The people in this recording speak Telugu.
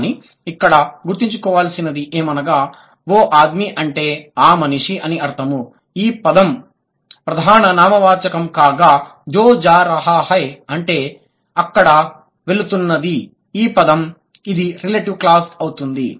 కానీ ఇక్కడ గుర్తుంచు కోవాల్సినదేమనగా వో ఆద్మి అంటే ఆ మనిషి అని అర్థము ఈ పదం ఆ మనిషి ప్రధాన నామవాచకం కాగా జో జా రాహా హై అంటే అక్కడ వెళుతున్నది ఈ పదం అక్కడ వెళుతున్నది ఇది రెలెటివ్ క్లాజ్ అవుతుంది